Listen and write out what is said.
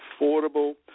affordable